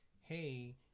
hey